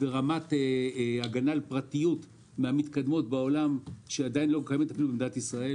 ורמת הגנה על הפרטיות מהמתקדמות בעולם שעדיין לא קיימת במדינת ישראל.